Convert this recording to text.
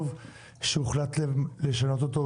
טוב שהוחלט לשנות אותו,